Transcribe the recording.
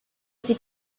sie